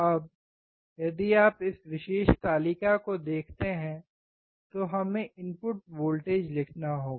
अब यदि आप इस विशेष तालिका को देखते हैं तो हमें इनपुट वोल्टेज लिखना होगा